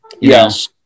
Yes